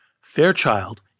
Fairchild